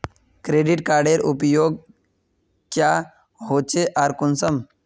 Credit कार्डेर उपयोग क्याँ होचे आर कुंसम?